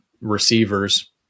receivers